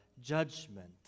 judgment